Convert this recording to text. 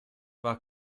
war